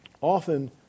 often